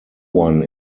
one